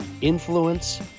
influence